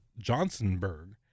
Johnsonburg